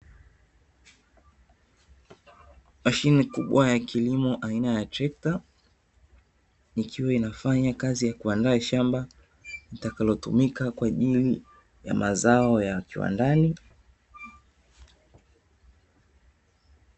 Mashine kubwa ya kilimo aina ya trekta, ikiwa inafanya kazi ya kuandaa shamba litakalo tumika kwa ajili ya mazao ya kiwandani.